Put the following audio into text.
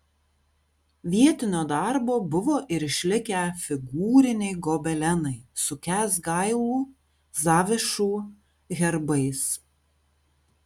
vietinio darbo buvo ir išlikę figūriniai gobelenai su kęsgailų zavišų herbais